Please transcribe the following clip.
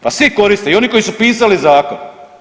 Pa svi koriste i oni koji su pisali zakon.